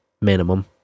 minimum